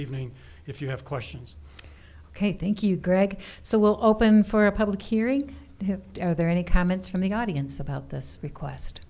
ving if you have questions ok thank you greg so we'll open for a public hearing have there any comments from the audience about this request